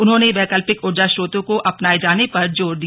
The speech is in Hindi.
उन्होंने वैकल्पिक ऊर्जा स्रोतों को अपनाए जाने पर जोर दिया